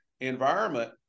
environment